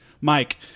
Mike